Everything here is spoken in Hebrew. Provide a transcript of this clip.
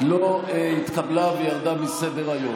לא התקבלה וירדה מסדר-היום.